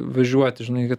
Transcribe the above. važiuoti žinai kad